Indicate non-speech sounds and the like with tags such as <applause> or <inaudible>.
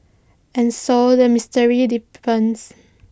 and so the mystery <unintelligible> deepens